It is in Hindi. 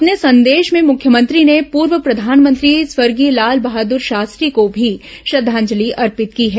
अपने संदेश में मुख्यमंत्री ने पूर्व प्रधानमंत्री स्वर्गीय लालबहादुर शास्त्री को भी श्रद्वांजलि अर्पित की है